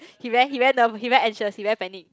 he very he very nervous he very anxious he never panic